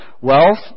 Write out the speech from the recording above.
Wealth